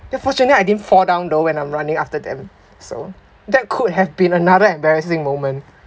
ya fortunately I didn't fall down though when I'm running after them so that could have been another embarrassing moment